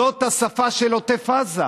זאת השפה של עוטף עזה,